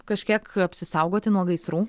kažkiek apsisaugoti nuo gaisrų